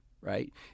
right